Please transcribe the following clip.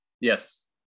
Yes